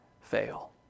fail